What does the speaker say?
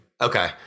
Okay